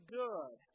good